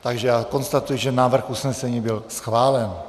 Takže konstatuji, že návrh usnesení byl schválen.